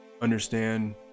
understand